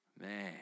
man